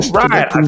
right